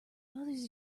others